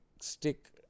stick